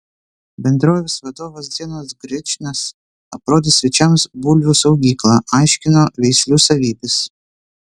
bendrovės vadovas zenonas grečnas aprodė svečiams bulvių saugyklą aiškino veislių savybes